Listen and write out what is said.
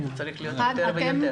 שצריך להיות יותר ויותר.